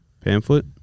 Pamphlet